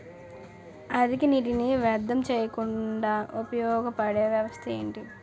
అధిక నీటినీ వ్యర్థం చేయకుండా ఉపయోగ పడే వ్యవస్థ ఏంటి